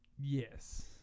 yes